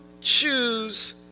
choose